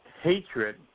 hatred